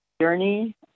journey